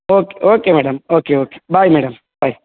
okay okay madam okay okay bye madam bye